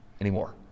anymore